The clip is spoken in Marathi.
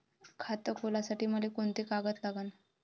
खात खोलासाठी मले कोंते कागद लागन?